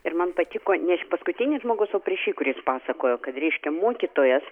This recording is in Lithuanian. ir man patiko ne paskutinis žmogus o prieš jį kuris pasakojo kad reiškia mokytojas